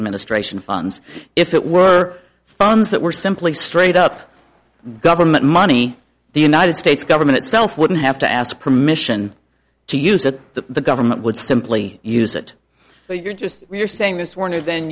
administration funds if it were funds that were simply straight up government money the united states government itself wouldn't have to ask permission to use it that the government would simply use it so you're just you're saying this warner then